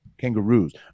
Kangaroos